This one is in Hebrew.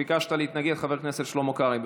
ביקשת להתנגד, חבר הכנסת שלמה קרעי.